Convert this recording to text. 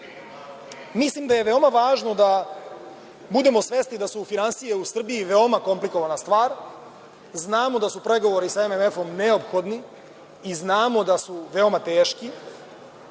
da je veoma važno da budemo svesni da su finansije u Srbiji veoma komplikovana stvar. Znamo da su pregovori sa MMF-om neophodni i znamo da su veoma teški